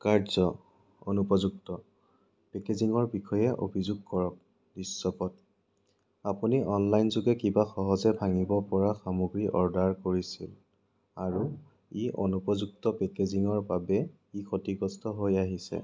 কাৰ্য্য অনুপযুক্ত পেকেজিঙৰ বিষয়ে অভিযোগ কৰক দৃশ্যপট আপুনি অনলাইনযোগে কিবা সহজে ভাঙিব পৰা সামগ্ৰী অৰ্ডাৰ কৰিছিল আৰু ই অনুপযুক্ত পেকেজিঙৰ বাবে ই ক্ষতিগ্ৰস্ত হৈ আহিছে